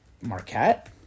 Marquette